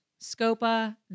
Scopa